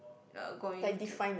uh going to